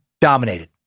dominated